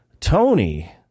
Tony